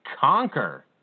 conquer